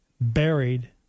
buried